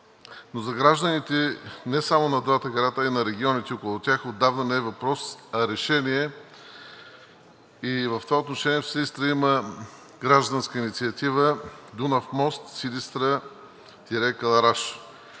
За гражданите не само на двата града, а и на регионите около тях отдавна това не е въпрос, а решение. В това отношение в Силистра има Гражданска инициатива „Дунав мост Силистра – Кълъраш“.